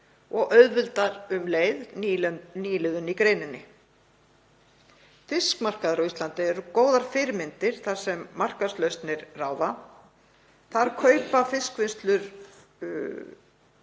Hún auðveldar um leið nýliðun í greininni. Fiskmarkaðir á Íslandi eru góðar fyrirmyndir þar sem markaðslausnir ráða. Þar kaupa fiskvinnslur